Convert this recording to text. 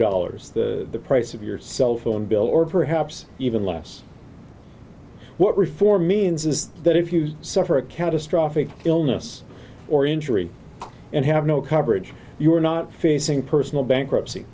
dollars the price of your cell phone bill or perhaps even less what reform means is that if you suffer a catastrophic illness or injury and have no coverage you are not facing personal bankruptcy